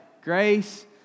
Grace